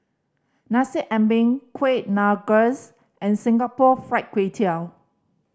Nasi Ambeng Kuih Rengas and Singapore Fried Kway Tiao